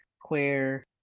queer